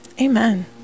Amen